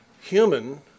human